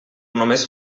només